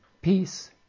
Peace